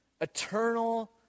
eternal